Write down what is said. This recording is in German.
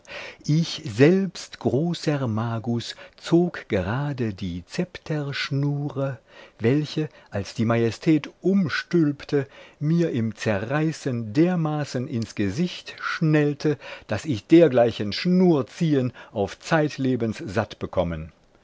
ich selbst großer magus zog gerade die zepterschnure welche als die majestät umstülpte mir im zerreißen dermaßen ins gesicht schnellte daß ich dergleichen schnurziehen auf zeitlebens satt bekommen